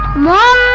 la